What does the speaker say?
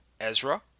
Ezra